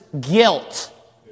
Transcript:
guilt